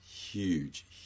huge